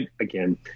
again